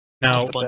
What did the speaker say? Now